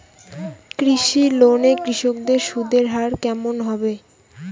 কৃষি লোন এ কৃষকদের সুদের হার কেমন হবে?